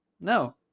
No